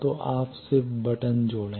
तो आप सिर्फ अपने बटन जोड़ें